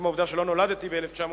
משום העובדה שלא נולדתי ב-1970,